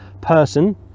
person